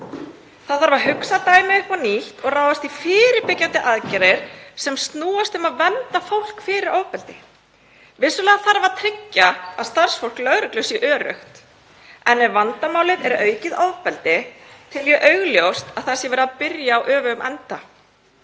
Það þarf að hugsa dæmið upp á nýtt og ráðast í fyrirbyggjandi aðgerðir sem snúast um að vernda fólk fyrir ofbeldi. Vissulega þarf að tryggja að starfsfólk lögreglu sé öruggt, en ef vandamálið er aukið ofbeldi tel ég augljóst að verið sé að byrja á öfugum enda.